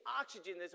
oxygen